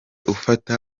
ufata